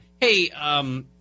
hey –